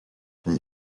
from